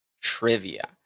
trivia